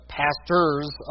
pastors